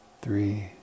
three